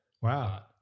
wow